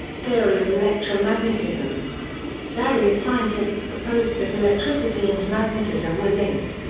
theory of electromagnetism various scientists proposed that electricity and magnetism were linked.